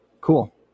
Cool